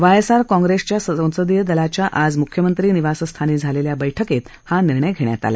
Y स्क्री R काँग्रेसच्या संसदीय दलाच्या आज मुख्यमंत्री निवासस्थानी झालेल्या बैठकीत हा निर्णय घेण्यात आला